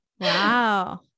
wow